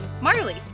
Marley